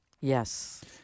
Yes